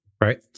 right